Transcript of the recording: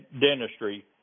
dentistry